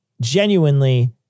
genuinely